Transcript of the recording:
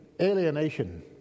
alienation